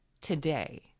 today